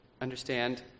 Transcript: understand